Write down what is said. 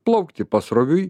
plaukti pasroviui